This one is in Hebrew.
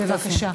בבקשה.